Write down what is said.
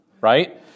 right